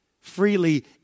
freely